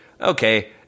Okay